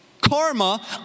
karma